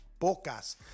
pocas